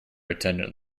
attendant